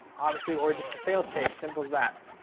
obviously or just the sales page, simple as that.